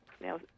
Now